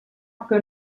que